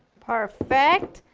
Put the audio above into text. perfect,